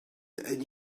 and